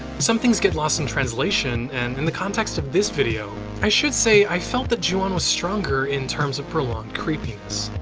some things get lost in translation and in the context of this video, i should say i felt that juon was stronger in terms of prolonged creepiness.